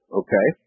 okay